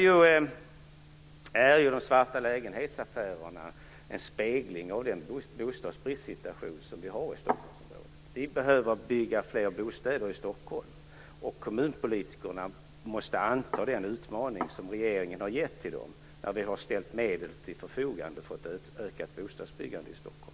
De svarta lägenhetsaffärerna är vidare en spegling av den bostadsbristsituation som vi har i Stockholmsområdet. Vi behöver bygga fler bostäder i Stockholm, och kommunpolitikerna måste anta den utmaning som de fått från regeringen när den har ställt medel till förfogande för ett ökat bostadsbyggande i Stockholm.